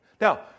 Now